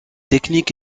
technique